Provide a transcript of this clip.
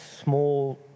small